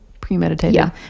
premeditated